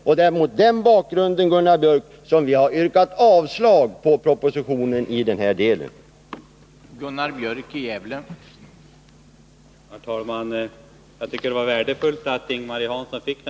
Det är mot den bakgrunden, Gunnar Björk, som vi yrkar avslag på propositionens förslag i denna del.